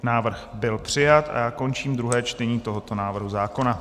Návrh byl přijat a já končím druhé čtení tohoto návrhu zákona.